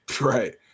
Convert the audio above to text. right